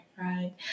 Right